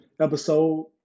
episode